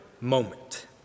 moment